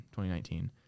2019